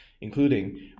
including